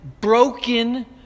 broken